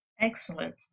Excellent